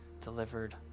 delivered